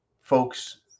Folks